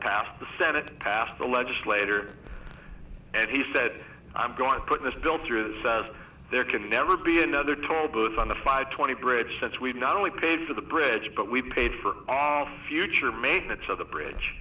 passed the senate passed a legislator and he said i'm going to put this bill through this as there can never be another toll booth on the five twenty bridge since we not only paid for the bridge but we paid for our future maintenance of the bridge